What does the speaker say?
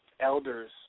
elders